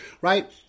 right